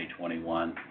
2021